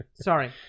Sorry